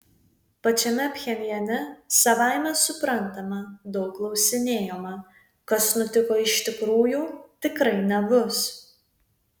pačiame pchenjane savaime suprantama daug klausinėjama kas nutiko iš tikrųjų tikrai nebus